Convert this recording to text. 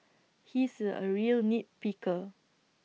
he is A real nit picker